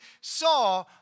saw